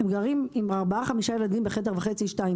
הם גרים עם ארבעה, חמישה ילדים, בחדר וחצי שתיים.